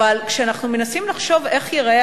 אבל כשאנחנו מנסים לחשוב איך ייראה